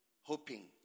Hoping